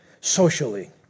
socially